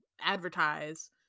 Advertise